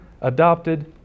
adopted